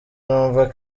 numva